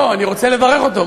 לא, אני רוצה לברך אותו.